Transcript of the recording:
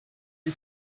die